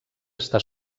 està